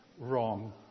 wrong